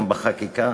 גם בחקיקה